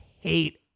hate